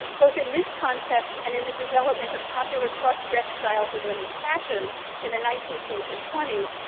both in this context and in the development of popular cross dressed styles in women's fashions in the nine-teen teens and twenties.